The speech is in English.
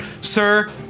sir